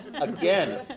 again